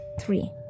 three